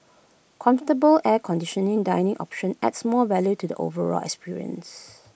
comfortable air conditioning dining option adds more value to the overall experience